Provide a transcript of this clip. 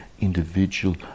individual